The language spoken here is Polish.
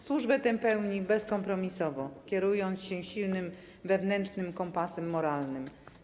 Służbę tę pełnił bezkompromisowo, kierując się silnym wewnętrznym kompasem moralnym.